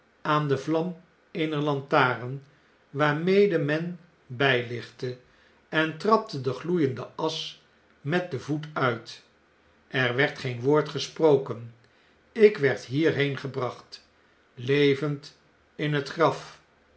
aan de vlam eener lantaren waarmede men bjjlichtte en trapte de gloeiende asch met den voet uit er werd geen woord gesproken ik werd hierheen gebracht levend in het graf